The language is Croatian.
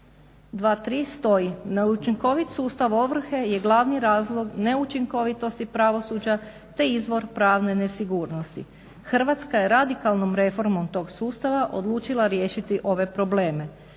2, 3 stoji: "Neučinkovit sustav ovrhe je glavni razloga neučinkovitosti pravosuđa, te izvor pravne nesigurnosti. Hrvatska je radikalnom reformom tog sustava odlučila riješiti ove probleme.